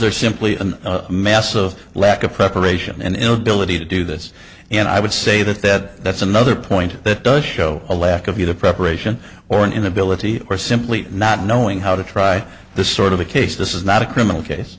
there simply a mass of lack of preparation and inability to do this and i would say that that that's another point that does show a lack of either preparation or an inability or simply not knowing how to try this sort of a case this is not a criminal case